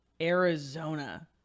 Arizona